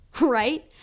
Right